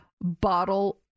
bottle